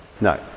No